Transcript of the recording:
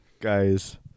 Guys